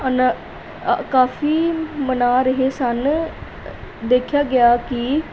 ਹਨ ਅ ਕਾਫੀ ਮਨਾ ਰਹੇ ਸਨ ਦੇਖਿਆ ਗਿਆ ਕਿ